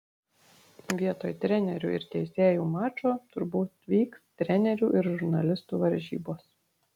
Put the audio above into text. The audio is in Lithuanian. vietoj trenerių ir teisėjų mačo turbūt vyks trenerių ir žurnalistų varžybos